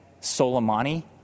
Soleimani